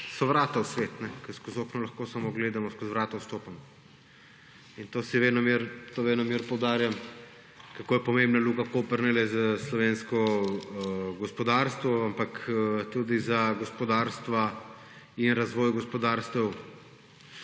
so vrata v svet, ker skozi okno lahko samo gledamo, skozi vrata vstopamo. In to venomer poudarjam, kako je pomembna Luka Koper ne le za slovensko gospodarstvo, ampak tudi za gospodarstva in razvoj gospodarstev